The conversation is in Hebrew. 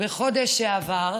בשבוע שעבר,